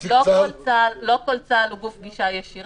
לא כל צה"ל הוא גוף גישה ישירה,